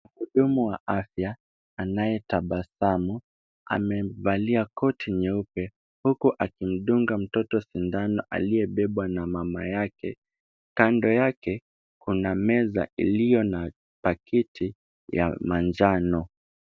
Mhudumu wa afya, anayetabasamu . Amevalia koti nyeupe, huku akimdunga mtoto sindano ,aliyebebwa na mama yake. Kando yake kuna meza iliyo na pakiti ya manjano.